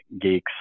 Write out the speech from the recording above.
geeks